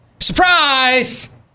surprise